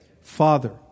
Father